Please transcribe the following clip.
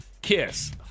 Kiss